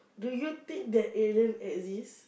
do you think that alien exist